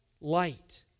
light